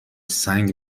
سنگ